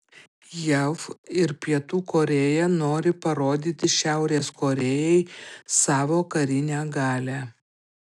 jav ir pietų korėja nori parodyti šiaurės korėjai savo karinę galią